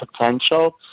potential